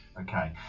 Okay